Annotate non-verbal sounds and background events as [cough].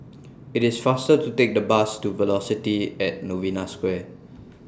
[noise] IT IS faster to Take The Bus to Velocity At Novena Square [noise]